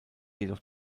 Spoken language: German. jedoch